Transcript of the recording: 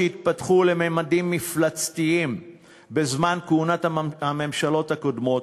שהתפתחו לממדים מפלצתיים בזמן כהונת הממשלות הקודמות,